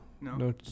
no